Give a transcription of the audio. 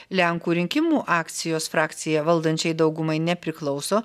lenkų rinkimų akcijos frakcija valdančiai daugumai nepriklauso